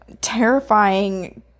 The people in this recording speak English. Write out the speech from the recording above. terrifying